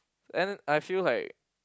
and I feel like